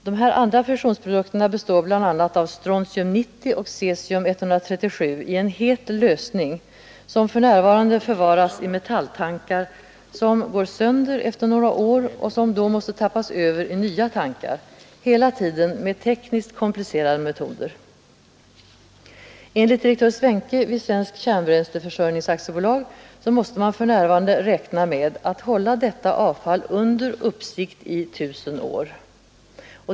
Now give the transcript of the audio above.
Dessa består bl.a. av strontium 90 och cesium 137 i het lösning, som för närvarande förvaras i metalltankar, som vittrar sönder efter några år, och då måste innehållet tappas över i nya tankar — hela tiden med tekniskt komplicerade metoder. Enligt direktör Svenke vid Svensk kärnbränsleför sörjning AB måste man för närvarande räkna med att hålla detta avfall under uppsikt i 1 000 år.